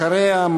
אחריה,